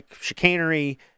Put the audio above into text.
chicanery